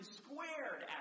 squared